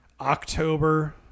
October